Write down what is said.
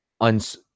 uns